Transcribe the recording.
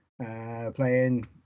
playing